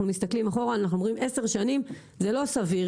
אנחנו מסתכלים אחורה ואומרים ש-0 שנים זה לא סביר